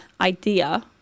idea